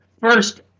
First